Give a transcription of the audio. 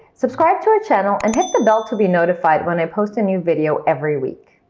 subscribe to our channel, and hit the bell to be notified when i post a new video every week.